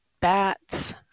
bats